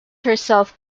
herself